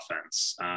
offense